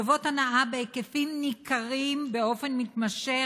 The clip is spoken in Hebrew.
טובות הנאה בהיקפים ניכרים באופן מתמשך